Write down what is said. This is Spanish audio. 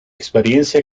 experiencia